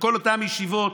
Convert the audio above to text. בכל אותן ישיבות.